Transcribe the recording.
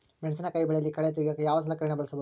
ಮೆಣಸಿನಕಾಯಿ ಬೆಳೆಯಲ್ಲಿ ಕಳೆ ತೆಗಿಯೋಕೆ ಯಾವ ಸಲಕರಣೆ ಬಳಸಬಹುದು?